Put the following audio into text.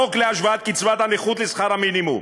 החוק להשוואת קצבת הנכות לשכר המינימום?